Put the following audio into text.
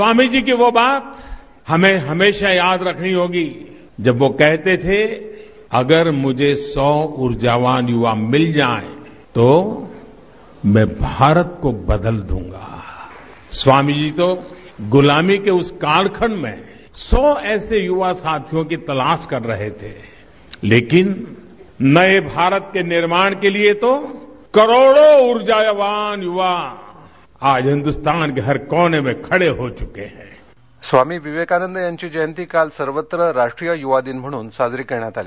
स्वामीजी की वो बात हमें हमेशा याद रखनी होगी जब वो कहते थे अगर मुझे सौ ऊर्जावान युवा मिल जाए तो में भारत को बदल दृंगा स्वामीजी तो गुलामी के उस कालखंड में सौ ऐसे युवा साथीयोंकी तलाश कर रहे थे लेकीन नए भारत के निर्माण के लिए तो करोडो ऊर्जावान युवा आज हिदुस्थान के कोने में खडे हो चूके हैं यवा दिन स्वामी विवेकानंद यांची जयंती काल सर्वत्र राष्ट्रीय युवा दिन म्हणून साजरी करण्यात आली